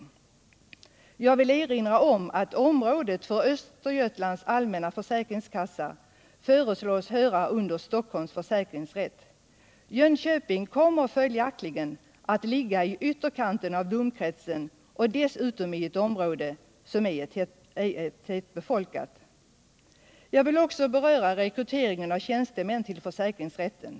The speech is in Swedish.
Nr 55 Jag vill erinra om att området för Östergötlands allmänna försäkringskassa föreslås höra under Stockholms försäkringsrätt. Jönköping kommer följ: aktligen att ligga i ytterkanten av domkretsen och dessutom i ett område som ej är så tätbefolkat. Inrättande av Jag vill också beröra rekryteringen av tjänstemän till försäkringsrätten.